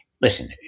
listen